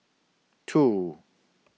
two